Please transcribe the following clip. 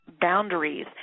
Boundaries